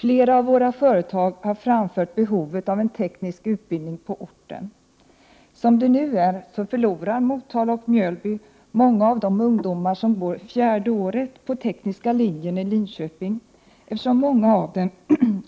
Flera av våra företag har framfört behovet av en teknisk utbildning på orten. Som det nu är förlorar Motala och Mjölby många av de ungdomar som går det fjärde året på teknisk linje i Linköping, eftersom många av dem